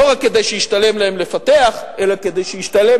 לא רק כדי שישתלם להם לפתח אלא כדי שישתלם